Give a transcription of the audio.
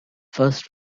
first